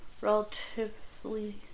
relatively